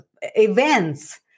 events